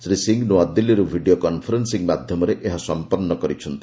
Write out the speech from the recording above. ଶ୍ରୀ ସିଂହ ନୂଆଦିଲ୍ଲୀରୁ video conferencing ମାଧ୍ୟମରେ ଏହା ସମ୍ପନ୍ନ କରିଛନ୍ତି